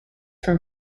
from